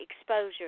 exposure